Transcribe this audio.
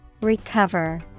Recover